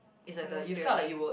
smooth sailing